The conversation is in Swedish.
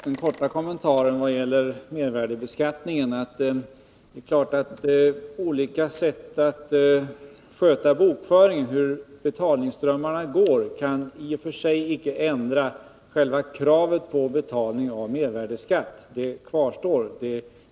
Herr talman! Får jag göra den korta kommentaren att när det gäller mervärdeskatt är klart att olika sätt att sköta bokföringen, hur betalningsströmmarna går, i och för sig inte kan ändra själva kravet på betalning av mervärdeskatt — det kvarstår.